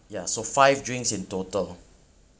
ya so five drinks in total